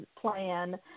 plan